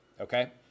okay